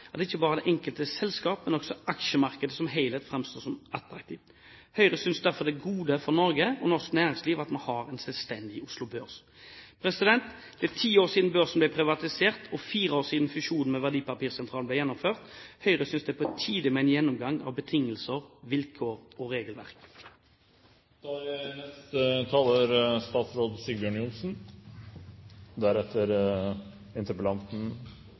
ikke bare det enkelte selskap, men også aksjemarkedet som helhet framstår som attraktivt. Høyre synes derfor det er et gode for Norge og norsk næringsliv at vi har en selvstendig Oslo Børs. Det er ti år siden børsen ble privatisert og fire år siden fusjonen med Verdipapirsentralen ble gjennomført. Høyre synes det er på tide med en gjennomgang av betingelser, vilkår og regelverk. Jeg tror det er